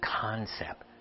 concept